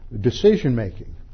decision-making